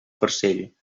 farcell